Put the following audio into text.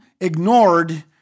ignored